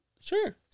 Sure